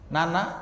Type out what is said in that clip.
Nana